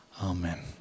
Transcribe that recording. Amen